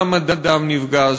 מעמדם נפגע,